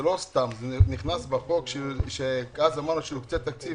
זה לא סתם, זה נכנס ואז אמרנו שיוקצה תקציב